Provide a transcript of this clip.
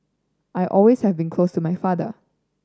I always have been close my father